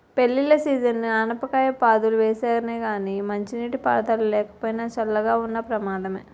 పెళ్ళిళ్ళ సీజనని ఆనపకాయ పాదులు వేసానే గానీ మంచినీటి పారుదల లేకపోయినా, చల్లగా ఉన్న ప్రమాదమే